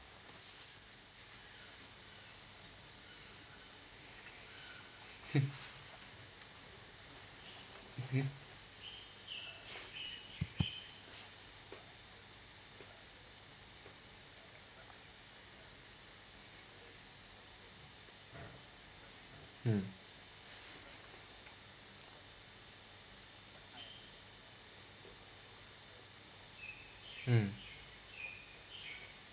mm mm